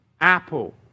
apple